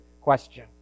question